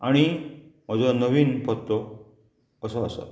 आणी म्हजो नवीन पत्तो असो आसा